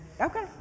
Okay